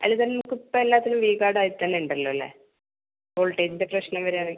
അല്ല ഇത് ഇപ്പം എല്ലാത്തിലും വീഗാർഡ് ആയിത്തന്നെ ഉണ്ടല്ലൊ അല്ലെ വോൾട്ടേജിൻ്റ പ്രശ്നം വരുവാണേൽ